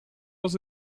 was